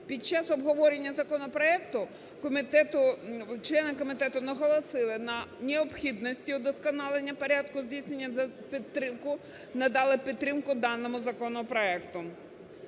Під час обговорення законопроекту члени комітету наголосили на необхідності удосконалення порядку здійснення… та надали підтримку даному законопроекту.